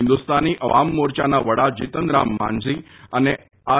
હિન્દુસ્તાની અવામ મોરચાના વડા જીતનરામ માંઝી અને આર